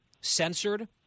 censored